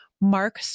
Mark